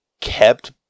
kept